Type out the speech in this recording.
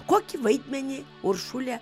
kokį vaidmenį uršule